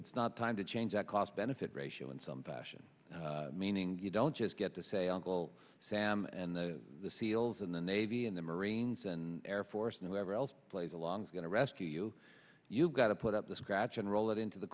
it's not time to change that cost benefit ratio in some fashion meaning you don't just get to say uncle sam and the seals and the navy and the marines and air force and ever else plays along going to rescue you you've got to put up the scratch and roll it into the